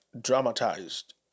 dramatized